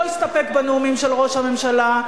לא הסתפק בנאומים של ראש הממשלה,